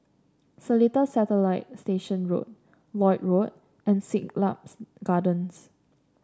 Seletar Satellite Station Road Lloyd Road and Siglaps Gardens